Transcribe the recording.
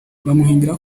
muribuka